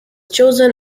chosen